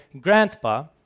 Grandpa